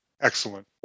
Excellent